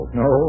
no